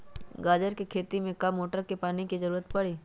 गाजर के खेती में का मोटर के पानी के ज़रूरत परी?